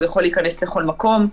הוא יכול להיכנס לכל מקום.